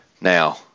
Now